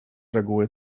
reguły